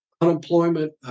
unemployment